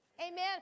Amen